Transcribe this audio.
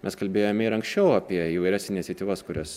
mes kalbėjome ir anksčiau apie įvairias iniciatyvas kurias